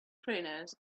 trainers